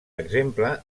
exemple